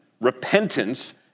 repentance